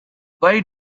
why